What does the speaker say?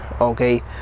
okay